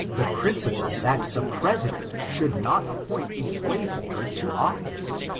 the principle that the president should not appoint a slaveholder to office.